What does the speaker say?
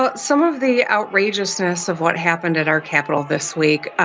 but some of the outrageousness of what happened at our capital this week,